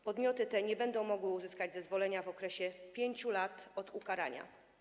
Podmioty te nie będą mogły uzyskać zezwolenia w okresie 5 lat od ukarania.